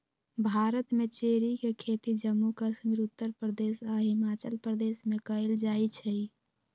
भारत में चेरी के खेती जम्मू कश्मीर उत्तर प्रदेश आ हिमाचल प्रदेश में कएल जाई छई